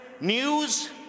news